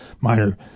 minor